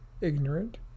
ignorant